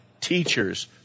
teachers